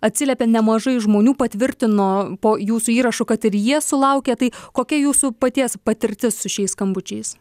atsiliepė nemažai žmonių patvirtino po jūsų įrašu kad ir jie sulaukia tai kokia jūsų paties patirtis su šiais skambučiais